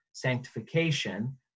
sanctification